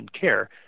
care